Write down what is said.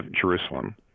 Jerusalem